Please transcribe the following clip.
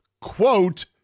quote